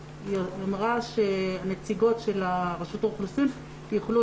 היא אמרה שנציגות של רשות האוכלוסין יוכלו